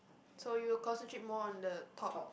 so you'll concentrate more on the top